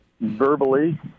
verbally